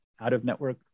out-of-network